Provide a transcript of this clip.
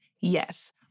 Yes